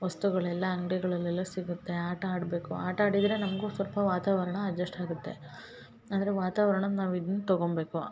ವಸ್ತುಗಳೆಲ್ಲ ಅಂಗ್ಡಿಗಳಲ್ಲಿ ಎಲ್ಲ ಸಿಗುತ್ತೆ ಆಟ ಆಡಬೇಕು ಆಟ ಆಡಿದರೆ ನಮಗೂ ಸ್ವಲ್ಪ ವಾತಾವರಣ ಅಜಶ್ಟ್ ಆಗುತ್ತೆ ಅಂದರೆ ವಾತಾವರಣದ ನಾವು ಇದ್ನ ತಗೊಬೇಕು